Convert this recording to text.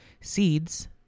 seeds